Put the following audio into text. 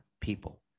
people